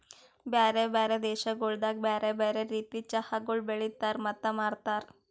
ಬ್ಯಾರೆ ಬ್ಯಾರೆ ದೇಶಗೊಳ್ದಾಗ್ ಬ್ಯಾರೆ ಬ್ಯಾರೆ ರೀತಿದ್ ಚಹಾಗೊಳ್ ಬೆಳಿತಾರ್ ಮತ್ತ ಮಾರ್ತಾರ್